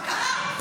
מה קרה?